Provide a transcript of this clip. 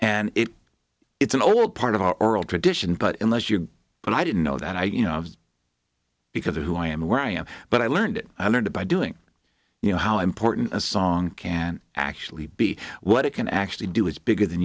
and it's an old part of our oral tradition but unless you're but i didn't know that i you know because of who i am where i am but i learned it i learned by doing you know how important a song can actually be what it can actually do is bigger than